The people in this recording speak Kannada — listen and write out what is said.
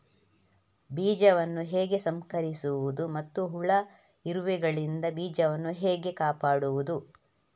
ಬೀಜವನ್ನು ಹೇಗೆ ಸಂಸ್ಕರಿಸುವುದು ಮತ್ತು ಹುಳ, ಇರುವೆಗಳಿಂದ ಬೀಜವನ್ನು ಹೇಗೆ ಕಾಪಾಡುವುದು?